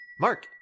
Mark